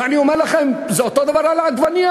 ואני אומר לכם, אותו דבר העגבנייה.